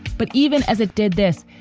but even as it did this,